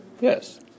Yes